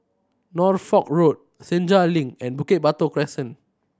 Norfolk Road Senja Link and Bukit Batok Crescent